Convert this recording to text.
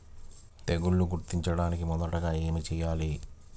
తెగుళ్లు గుర్తించినపుడు మొదటిగా ఏమి చేయాలి?